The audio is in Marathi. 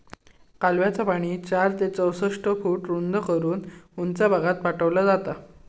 कालव्याचा पाणी चार ते चौसष्ट फूट उंच करून उंच भागात पाठवला जाता